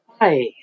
Hi